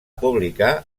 publicar